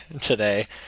today